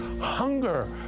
hunger